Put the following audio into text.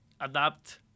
adapt